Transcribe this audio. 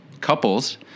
couples